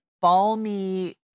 balmy